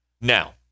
Now